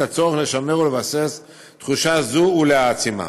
את הצורך לשמר ולבסס תחושה זו ולהעצימה.